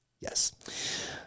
Yes